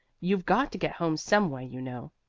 you've got to get home some way, you know.